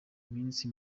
minsi